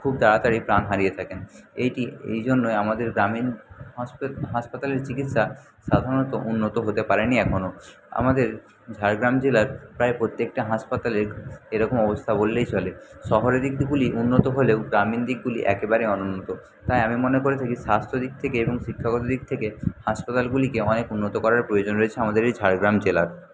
খুব তাড়াতাড়ি প্রাণ হারিয়ে থাকেন এইটি এই জন্যই আমাদের গ্রামীণ হাসপাতালের চিকিৎসা সাধারণত উন্নত হতে পারে নি এখনও আমাদের ঝাড়গ্রাম জেলার প্রায় প্রত্যেকটা হাসপাতালের এরকম অবস্থা বললেই চলে শহরের দিকগুলি উন্নত হলেও গ্রামীণ দিকগুলি একেবারে অনুন্নত তাই আমি মনে করে থাকি স্বাস্থ্যর দিক থেকে এবং শিক্ষাগত দিক থেকে হাসপাতালগুলিকে অনেক উন্নত করার প্রয়োজন রয়েছে আমাদের এই ঝাড়গ্রাম জেলার